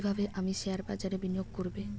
কিভাবে আমি শেয়ারবাজারে বিনিয়োগ করবে?